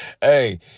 Hey